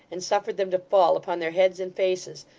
and suffered them to fall upon their heads and faces,